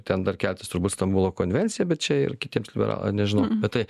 ten dar keletas turbūt stambulo konvencija bet čia ir kitiems liberala nežinau bet tai